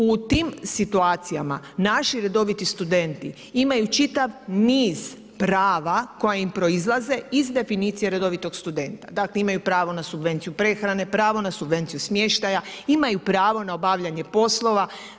U tim situacijama, naši redoviti studenti, imaju čitav niz prava koje im proizlaze iz definicije redovitog studenta, dakle, imaju pravo na subvenciju prehrane, pravo na subvenciju smještaja, imaju pravo na obavljanju poslova.